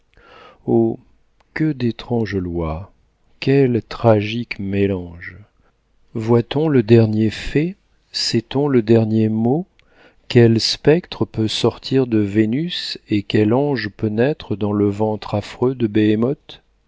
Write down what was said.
oh que d'étranges lois quel tragique mélange voit-on le dernier fait sait-on le dernier mot quel spectre peut sortir de vénus et quel ange peut naître dans le ventre affreux de